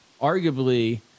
arguably